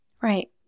Right